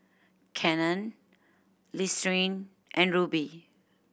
Canon Listerine and Rubi